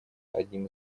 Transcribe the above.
одним